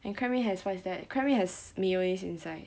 and crab meat has what is that crab meat has mayonnaise inside